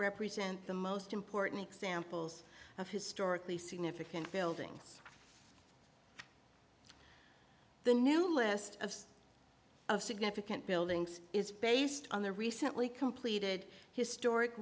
represent the most important examples of historically significant buildings the new list of of significant buildings is based on the recently completed historic